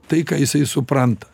tai ką jisai supranta